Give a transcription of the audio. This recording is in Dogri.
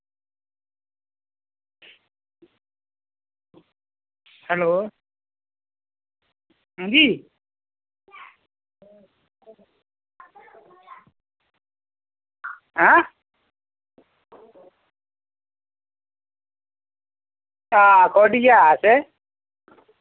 हैलो हां जी ऐं हां कोह्दी आस ऐ